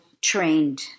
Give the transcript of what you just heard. trained